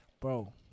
Bro